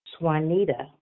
Swanita